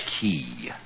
key